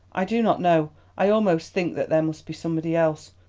i do not know i almost think that there must be somebody else,